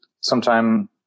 sometime